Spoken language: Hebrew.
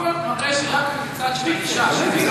הכול מראה שזה רק מצד של נקמה.